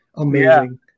amazing